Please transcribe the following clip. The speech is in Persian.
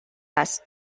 هست